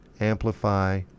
amplify